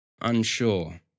unsure